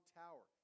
tower